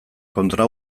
kontra